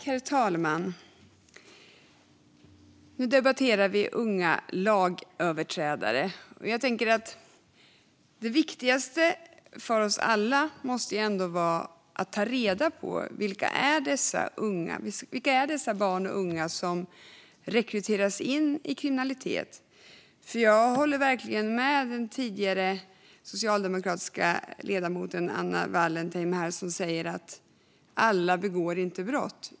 Herr talman! Nu debatterar vi unga lagöverträdare. Jag tänker att det viktigaste för oss alla ändå måste vara att ta reda på vilka dessa unga är. Vilka är dessa barn och unga som rekryteras in i kriminalitet? Jag håller verkligen med den socialdemokratiska ledamoten Anna Wallentheim om att alla inte begår brott.